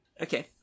Okay